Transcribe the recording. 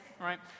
right